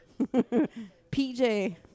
pj